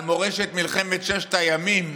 על מורשת מלחמת ששת הימים.